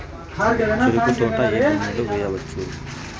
చెరుకు తోట ఏ భూమిలో వేయవచ్చు?